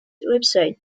website